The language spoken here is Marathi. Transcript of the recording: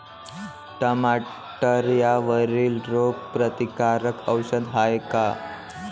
टमाट्यावरील रोग प्रतीकारक औषध हाये का?